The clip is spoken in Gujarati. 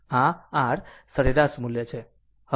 આ r સરેરાશ મૂલ્ય છે